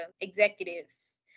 executives